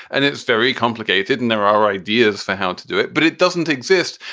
and it's very complicated. and there are ideas for how to do it, but it doesn't exist.